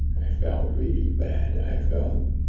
i felt really bad. i felt